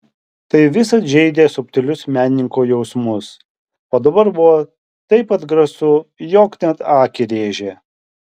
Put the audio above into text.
tai visad žeidė subtilius menininko jausmus o dabar buvo taip atgrasu jog net akį rėžė